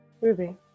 Ruby